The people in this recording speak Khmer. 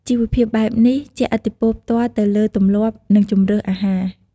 ជីវភាពបែបនេះជះឥទ្ធិពលផ្ទាល់ទៅលើទម្លាប់ និងជម្រើសអាហារ។